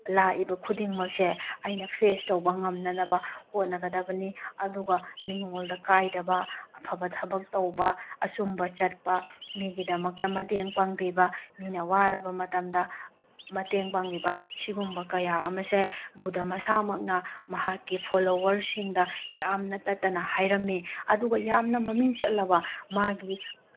ꯂꯥꯛꯏꯕ ꯈꯨꯗꯤꯡꯃꯛꯁꯦ ꯑꯩꯅ ꯐꯦꯁ ꯇꯧꯕ ꯉꯝꯅꯅꯕ ꯍꯣꯠꯅꯒꯗꯕꯅꯤ ꯑꯗꯨꯒ ꯃꯤꯉꯣꯟꯗ ꯀꯥꯏꯗꯕ ꯑꯐꯕ ꯊꯕꯛ ꯇꯧꯕ ꯑꯆꯨꯝꯕ ꯆꯠꯄ ꯃꯤꯒꯤꯗꯃꯛꯇ ꯃꯇꯦꯡ ꯄꯥꯡꯕꯤꯕ ꯃꯤꯅ ꯋꯥꯔꯕ ꯃꯇꯝꯗ ꯃꯇꯦꯡ ꯄꯥꯡꯕꯤꯕ ꯁꯤꯒꯨꯝꯕ ꯀꯌꯥ ꯑꯃꯁꯦ ꯕꯨꯙ ꯃꯁꯥꯃꯛꯅ ꯃꯍꯥꯛꯀꯤ ꯐꯣꯂꯣꯋꯔꯁꯤꯡꯗ ꯌꯥꯝꯅ ꯇꯠꯇꯅ ꯍꯥꯏꯔꯝꯃꯤ ꯑꯗꯨꯒ ꯌꯥꯝꯅ ꯃꯃꯤꯡ ꯆꯠꯂꯕ ꯃꯥꯒꯤ